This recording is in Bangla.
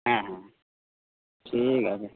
হ্যাঁ হ্যাঁ ঠিক আছে